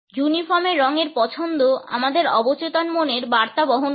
ইউনিফর্মের রঙের পছন্দ আমাদের অবচেতন মনের বার্তা বহন করে